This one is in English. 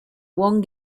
one